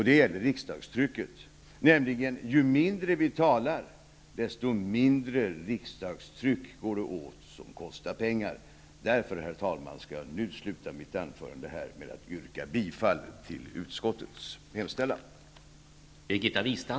Det gäller riksdagstrycket. Ju mindre vi talar desto mindre riksdagstryck går det åt som kostar pengar. Herr talman! Därför skall jag nu sluta mitt anförande med att yrka bifall till utskottets hemställan.